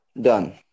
Done